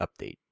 update